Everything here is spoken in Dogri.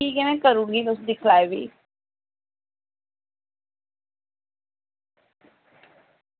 ठीक में करी ओड़गी तुस दिक्खी लैएओ फ्ही